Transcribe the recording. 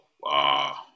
wow